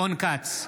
רון כץ,